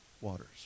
waters